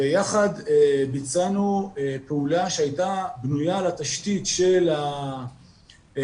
ויחד ביצענו פעולה שהייתה בנויה על התשתית של הרווחה,